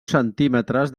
centímetres